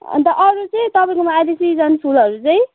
अन्त अरू चाहिँ तपाईँकोमा अहिले सिजन फुलहरू चाहिँ